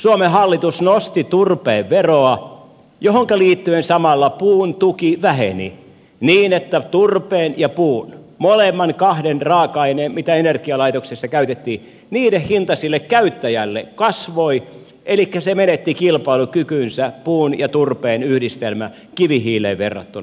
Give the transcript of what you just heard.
suomen hallitus nosti turpeen veroa johonka liittyen samalla puun tuki väheni niin että turpeen ja puun molempien kahden raaka aineen mitä energialaitoksissa käytettiin hinta sille käyttäjälle kasvoi elikkä se menetti kilpailukykynsä puun ja turpeen yhdistelmä kivihiileen verrattuna